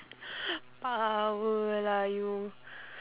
power lah you